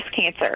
cancer